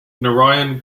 narayan